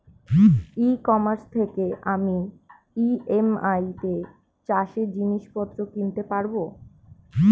ই commerce থেকে আমি EMI তে চাষে জিনিসপত্র কিনতে পারব?